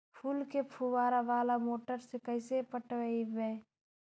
फूल के फुवारा बाला मोटर से कैसे पटइबै?